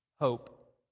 hope